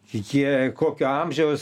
jie kokio amžiaus